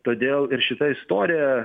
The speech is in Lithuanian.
todėl ir šita istorija